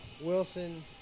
Wilson